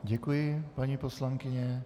Děkuji vám, paní poslankyně.